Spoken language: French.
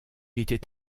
était